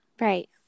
right